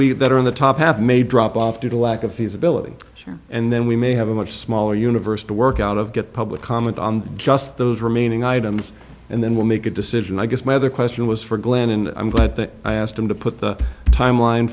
have that are in the top half may drop off due to lack of feasibility sure and then we may have a much smaller universe to work out of get public comment on just those remaining items and then we'll make a decision i guess my other question was for glen and i'm glad i asked him to put the timeline